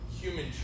human